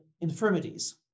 infirmities